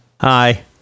hi